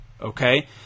okay